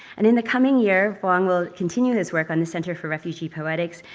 and in the coming year, vuong will continue his work on the center for refugee poetics,